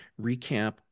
recap